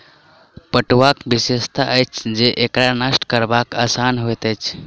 पटुआक विशेषता अछि जे एकरा नष्ट करब आसान होइत अछि